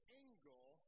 angle